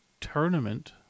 tournament